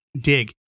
Dig